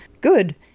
good